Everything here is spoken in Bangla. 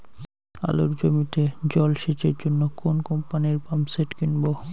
আলুর জমিতে জল সেচের জন্য কোন কোম্পানির পাম্পসেট কিনব?